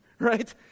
right